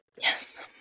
Yes